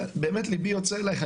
ליבי יוצא אליך,